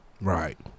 Right